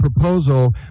proposal